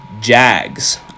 Jags